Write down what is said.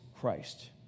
Christ